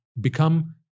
Become